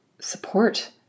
support